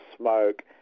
smoke